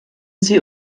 sie